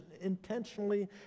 intentionally